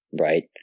Right